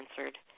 answered